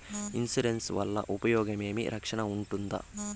Insurance వల్ల ఉపయోగం ఏమి? రక్షణ ఉంటుందా?